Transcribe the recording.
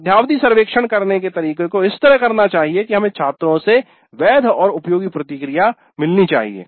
मध्यावधि सर्वेक्षण करने के तरीके को इस तरह करना चाहिए कि हमें छात्रों से वैध और उपयोगी प्रतिक्रिया मिलनी चाहिए